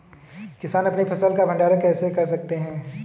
किसान अपनी फसल का भंडारण कैसे कर सकते हैं?